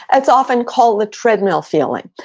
it's often called the treadmill feeling.